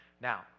Now